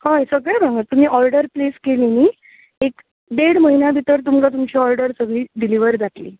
हय सगळें भांगर तुमी ऑर्डर प्लेस केली न्हय एक देड म्हयन्या भितर तुमकां तुमची ऑर्डर सगळी डिलिवर जातली